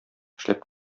эшләп